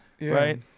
Right